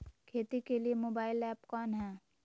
खेती के लिए मोबाइल ऐप कौन है?